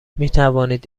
میتوانید